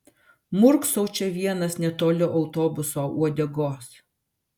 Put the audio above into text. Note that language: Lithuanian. murksau čia vienas netoli autobuso uodegos